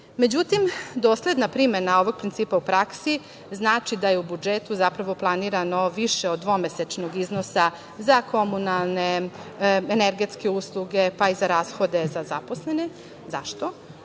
Međutim, dosledna primena ovog principa u praksi znači da je u budžetu zapravo planirano više od dvomesečnog iznosa za komunalne, energetske usluge, pa i za rashode za zaposlene. Zašto?